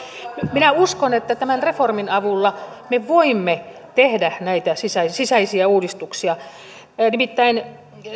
minä uskon että tämän reformin avulla me voimme tehdä näitä sisäisiä sisäisiä uudistuksia nimittäin